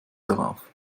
darauf